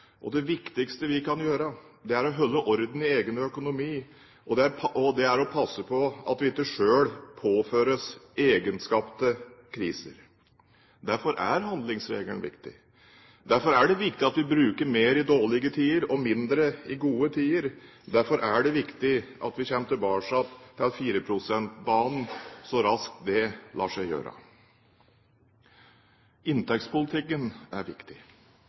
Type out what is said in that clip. økonomi. Det viktigste vi kan gjøre, er å holde orden i egen økonomi og passe på at vi ikke sjøl påfører oss egenskapte kriser. Derfor er handlingsregelen viktig. Derfor er det viktig at vi bruker mer i dårlige tider og mindre i gode tider. Derfor er det viktig at vi kommer tilbake til 4 pst.-banen så raskt det lar seg gjøre. Inntektspolitikken er viktig.